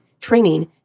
training